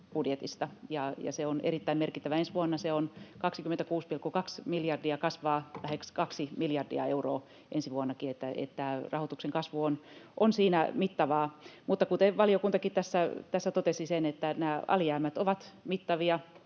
budjetista, ja se on erittäin merkittävä. Ensi vuonna se on 26,2 miljardia ja kasvaa lähes kaksi miljardia euroa ensi vuonnakin, eli rahoituksen kasvu on siinä mittavaa, mutta kuten valiokuntakin tässä totesi, nämä alijäämät ovat mittavia.